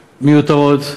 עבודה, אין תאונות מיותרות,